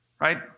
right